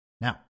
Now